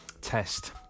test